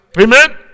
Amen